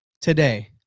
today